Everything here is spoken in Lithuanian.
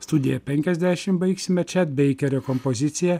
studiją penkiasdešim baigsime čia beikerio kompozicija